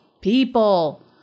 people